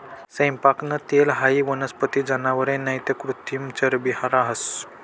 सैयपाकनं तेल हाई वनस्पती, जनावरे नैते कृत्रिम चरबी रहास